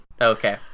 okay